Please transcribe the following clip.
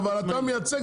נבדוק את זה לדיון